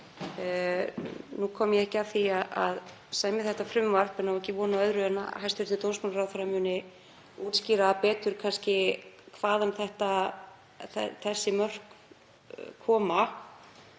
Nú kom ég ekki að því að semja þetta frumvarp en á ekki von á öðru en að hæstv. dómsmálaráðherra muni útskýra betur hvaðan þessi mörk koma.